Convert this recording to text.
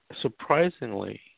Surprisingly